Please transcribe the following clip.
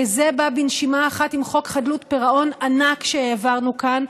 וזה בא בנשימה אחת עם חוק חדלות פירעון ענק שהעברנו כאן,